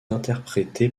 interprété